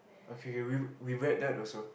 okay we've we read that also